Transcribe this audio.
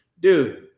dude